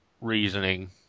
reasoning